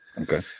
Okay